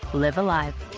live alive.